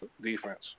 defense